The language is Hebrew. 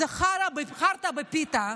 זה חרטא בפיתה.